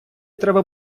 треба